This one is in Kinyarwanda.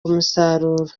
umusaruro